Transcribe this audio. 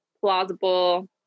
plausible